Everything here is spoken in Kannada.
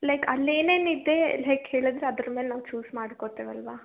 ಲೈಕ್ ಅಲ್ಲಿ ಏನೇನಿದೆ ಲೈಕ್ ಹೇಳಿದರೆ ಅದ್ರ ಮೇಲೆ ನಾವು ಚೂಸ್ ಮಾಡ್ಕೊಳ್ತೇವಲ್ವಾ